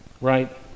right